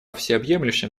всеобъемлющем